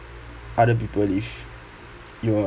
other people if you're